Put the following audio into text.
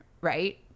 right